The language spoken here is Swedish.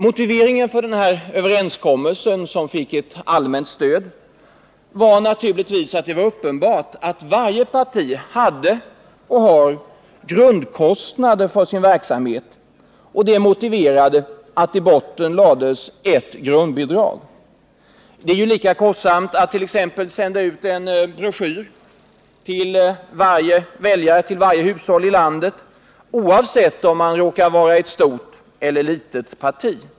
Motiveringen för att i botten lägga ett grundbidrag var naturligtvis att det var uppenbart att varje parti hade och har grundkostnader för sin verksamhet. Det är ju lika kostsamt att t.ex. sända en broschyr till alla hushåll i landet oavsett om man är ett stort eller litet parti.